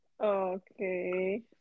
Okay